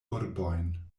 urbojn